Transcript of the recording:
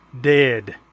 dead